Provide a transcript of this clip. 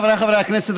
חבריי חברי הכנסת,